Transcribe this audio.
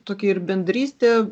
tokie ir bendrystę